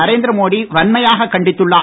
நரேந்திரமோடி வன்மையாக கண்டித்துள்ளார்